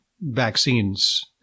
vaccines